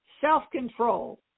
self-control